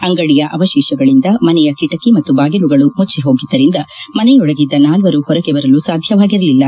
ಅಂಗಡಿಯ ಅವಶೇಷಗಳಿಂದ ಮನೆಯ ಕಿಟಕಿ ಮತ್ತು ಬಾಗಿಲುಗಳು ಮುಚ್ಚಿಹೋಗಿದ್ದರಿಂದ ಮನೆಯೊಳಗಿದ್ದ ನಾಲ್ವರು ಹೊರಗೆ ಬರಲು ಸಾಧ್ಯವಾಗಿರಲಿಲ್ಲ